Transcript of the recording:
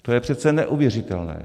To je přece neuvěřitelné.